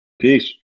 Peace